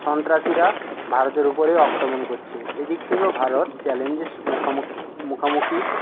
সন্ত্রাসীরা ভারতের উপরেও আক্রমণ করছে এদিক থেকেও ভারত চ্যালেঞ্জের মুখোমুখি মুখোমুখি